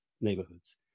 neighborhoods